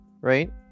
right